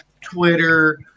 Twitter